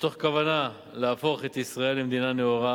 מתוך כוונה להפוך את ישראל למדינה נאורה